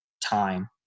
time